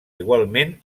igualment